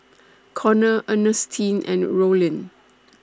Konnor Ernestine and Rollin